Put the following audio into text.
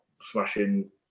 smashing